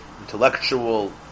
intellectual